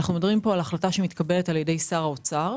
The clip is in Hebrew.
אנחנו מדברים על החלטה שמתקבלת על ידי שר האוצר,